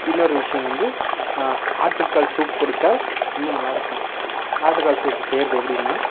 இன்னொரு விஷயம் வந்து ஆட்டுக்கால் சூப் குடித்தால் இன்னும் நல்லா இருக்கும் ஆட்டுக்கால் சூப்பு செய்கிறது எப்படின்னா